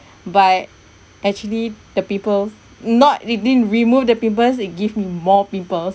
but actually the pimple not it didn't removed the pimples it give me more pimples